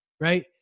right